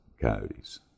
coyotes